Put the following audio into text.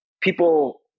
people